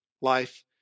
life